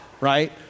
Right